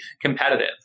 competitive